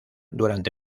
durante